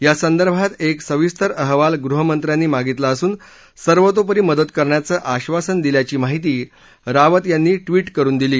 या संदर्भात एक सविस्तर अहवाल गृहमंत्र्यांनी मागितला असून सर्वतोपरी मदत करण्याचं आबासन दिल्याची माहिती रावत यांनी ट्वीट करून दिली